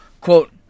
Quote